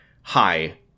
hi